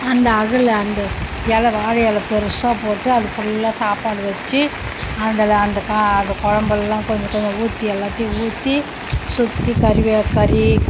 அந்த அகல் அந்த இலை வாழை இலை பெருசாக போட்டு அது ஃபுல்லாக சாப்பாடு வச்சு அதில் அந்த கா அது குழம்பெல்லாம் கொஞ்சம் கொஞ்சம் ஊற்றி எல்லாத்தையும் ஊற்றி சுற்றி கறி வே கறி